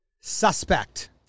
suspect